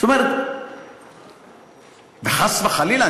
וחס וחלילה,